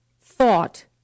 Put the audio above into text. thought